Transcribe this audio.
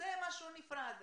זה משהו נפרד,